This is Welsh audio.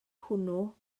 hwnnw